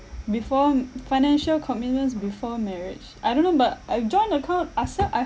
before mm financial commitments before marriage I don't know but uh joint account are s~ I